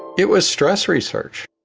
it was stress research.